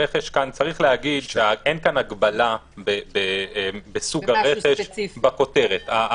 צריך להגיד שאין כאן הגבלה בסוג הרכש בכותרת.